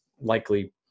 likely